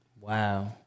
Wow